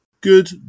Good